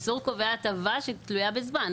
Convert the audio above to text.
האיסור קובע הטבה שתלויה בזמן.